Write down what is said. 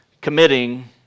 committing